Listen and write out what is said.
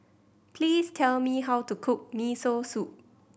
please tell me how to cook Miso Soup